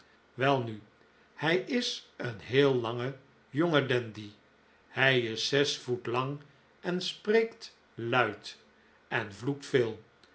welnu hij is een heel lange jonge dandy hij is zes voet lang en spreekt luid en vloekt veel